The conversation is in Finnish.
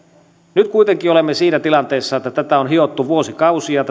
nyt kuitenkin olemme siinä tilanteessa että tätä uudistusta on hiottu vuosikausia